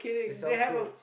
they sell clothes